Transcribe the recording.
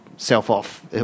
self-off